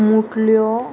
मुटल्यो